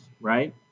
right